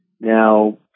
now